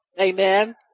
Amen